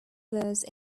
verse